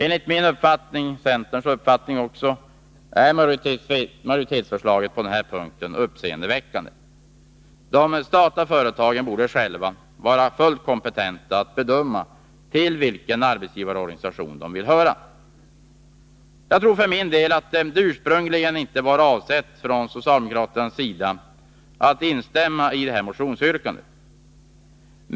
Enligt min och centerns uppfattning är majoritetsförslaget på denna punkt uppseendeväckande. De statliga företagen borde själva vara fullt kompetenta att bedöma till vilken arbetsgivarorganisation de skall höra. Jag tror för min del att det ursprungligen inte var socialdemokraternas avsikt att instämma i det här motionsyrkandet.